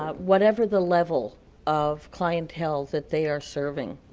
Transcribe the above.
ah whatever the level of clienteles that they are serving.